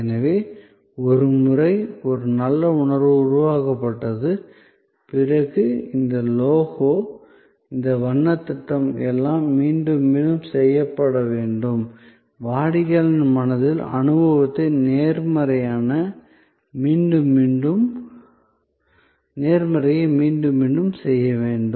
எனவே ஒருமுறை ஒரு நல்ல உணர்வு உருவாக்கப்பட்டது பிறகு இந்த லோகோ இந்த வண்ணத் திட்டம் எல்லாம் மீண்டும் மீண்டும் செய்யப்பட வேண்டும் வாடிக்கையாளரின் மனதில் அனுபவத்தின் நேர்மறையை மீண்டும் மீண்டும் செய்ய வேண்டும்